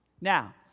Now